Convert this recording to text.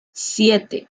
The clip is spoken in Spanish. siete